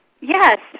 Yes